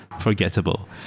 forgettable